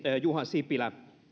juha sipilä